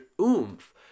oomph